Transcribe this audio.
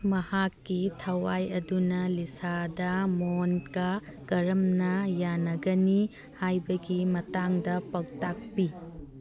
ꯃꯍꯥꯛꯀꯤ ꯊꯋꯥꯏ ꯑꯗꯨꯅ ꯂꯤꯁꯥꯗ ꯃꯣꯟꯀ ꯀꯔꯝꯅ ꯌꯥꯅꯒꯅꯤ ꯍꯥꯏꯕꯒꯤ ꯃꯇꯥꯡꯗ ꯄꯥꯎꯇꯥꯛꯄꯤ